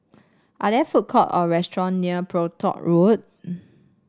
are there food court or restaurant near Brompton Road